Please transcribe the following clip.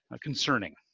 concerning